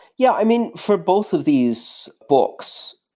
yeah. i mean, for both of these books,